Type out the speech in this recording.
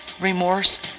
remorse